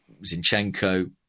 zinchenko